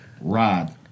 Rod